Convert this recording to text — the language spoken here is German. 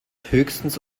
höchstens